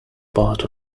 part